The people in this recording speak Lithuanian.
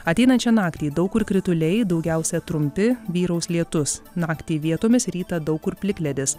ateinančią naktį daug kur krituliai daugiausia trumpi vyraus lietus naktį vietomis rytą daug kur plikledis